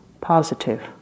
positive